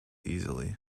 easily